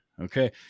okay